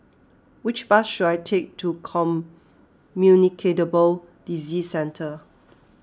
which bus should I take to Disease Centre